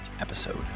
episode